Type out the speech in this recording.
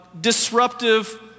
disruptive